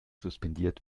suspendiert